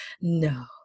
no